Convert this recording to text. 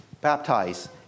baptize